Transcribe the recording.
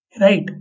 Right